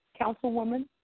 councilwoman